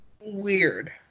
weird